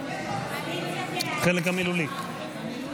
98 נתקבלו.